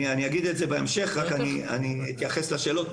בהמשך אתייחס לשאלות,